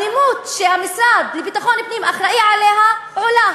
האלימות שהמשרד לביטחון פנים אחראי לה עולה,